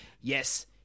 Yes